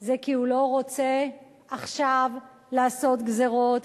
היא כי הוא לא רוצה עכשיו לעשות גזירות,